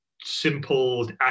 simple